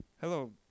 Hello